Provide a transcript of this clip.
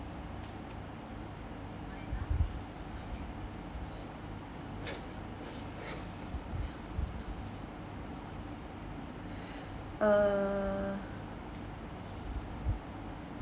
uh